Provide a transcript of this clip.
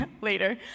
later